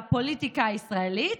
לפוליטיקה הישראלית?